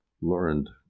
learned